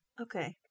Okay